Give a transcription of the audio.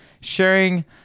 sharing